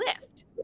lift